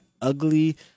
Ugly